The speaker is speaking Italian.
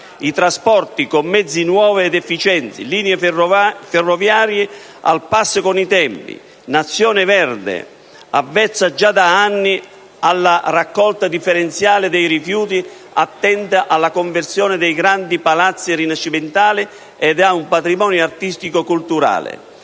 effettuati con mezzi nuovi ed efficienti e le linee ferroviarie sono al passo con i tempi. È una Nazione «verde», avvezza già da anni alla raccolta differenziata dei rifiuti e attenta alla conservazione dei grandi palazzi rinascimentali ed al patrimonio artistico-culturale.